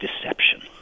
deception